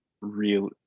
real